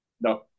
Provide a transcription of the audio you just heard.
No